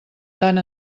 tant